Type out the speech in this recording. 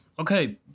Okay